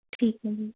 ਠੀਕ ਹੈ ਜੀ